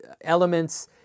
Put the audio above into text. elements